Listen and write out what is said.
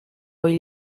hil